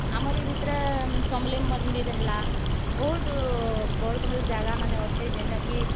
ଆମର୍ ଇ ଭିତ୍ରେ ସମଲେଇ ମନ୍ଦିର ହେଲା ବହୁତ୍ ଭଲ୍ ଭଲ୍ ଜାଗାମାନେ ଅଛେ ଯେନ୍ଟାକି